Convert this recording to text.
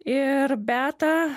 ir beatą